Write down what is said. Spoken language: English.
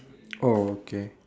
oh okay